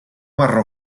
marró